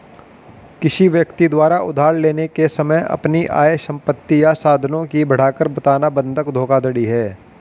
किसी व्यक्ति द्वारा उधार लेने के समय अपनी आय, संपत्ति या साधनों की बढ़ाकर बताना बंधक धोखाधड़ी है